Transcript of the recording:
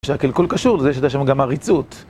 שהקלקול קשור לזה שהיתה שם גם עריצות.